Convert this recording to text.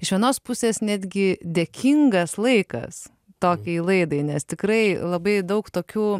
iš vienos pusės netgi dėkingas laikas tokiai laidai nes tikrai labai daug tokių